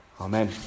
Amen